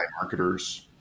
marketers